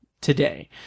today